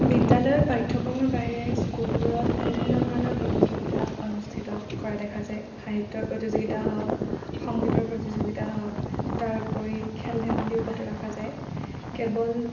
বিদ্য়ালয়ৰ পাঠ্য়ক্ৰমৰ বাহিৰে স্কুলবোৰত বিভিন্ন ধৰণৰ প্ৰতিযোগিতা অনুষ্ঠিত কৰা দেখা যায় সাহিত্য়ৰ প্ৰতিযোগিতা হওক সংগীতৰ প্ৰতিযোগিতা হওক তাৰ উপৰি খেল ধেমালিও পতা ৰখা যায় কেৱল